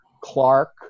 Clark